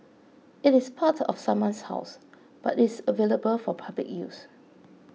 it is part of someone's house but is available for public use